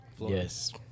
Yes